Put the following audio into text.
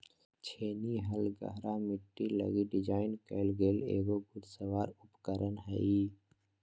छेनी हल गहरा मिट्टी लगी डिज़ाइन कइल गेल एगो घुड़सवार उपकरण हइ